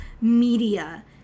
media